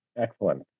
Excellent